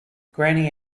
granny